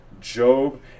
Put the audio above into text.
Job